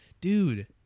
dude